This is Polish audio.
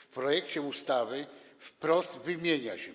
W projekcie ustawy wprost wymienia się